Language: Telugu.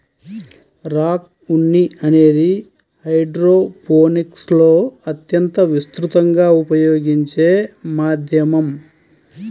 రాక్ ఉన్ని అనేది హైడ్రోపోనిక్స్లో అత్యంత విస్తృతంగా ఉపయోగించే మాధ్యమం